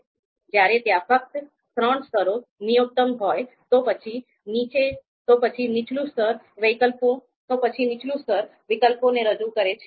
જ્યારે ત્યાં ફક્ત ત્રણ સ્તરો ન્યુનતમ હોય તો પછી નીચલું સ્તર વિકલ્પોને રજૂ કરે છે